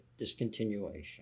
discontinuation